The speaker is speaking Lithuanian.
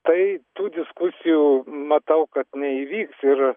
tai tų diskusijų matau kad neįvyks ir